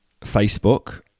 Facebook